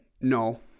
no